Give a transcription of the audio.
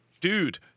dude